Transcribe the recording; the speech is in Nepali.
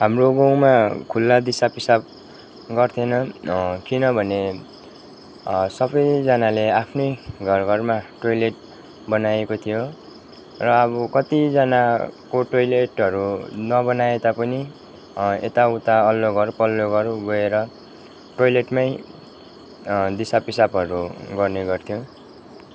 हाम्रो गाउँमा खुल्ला दिसा पिसाब गर्थिएन किनभने सबैजनाले आफ्नै घर घरमा टोइलेट बनाएको थियो र अब कतिजनाको टोइलेटहरू नबनाए तापनि यताउता वल्लो घर पल्लो घर गएर टोइलेटमै दिसा पिसाबहरू गर्ने गर्थ्यो